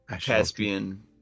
Caspian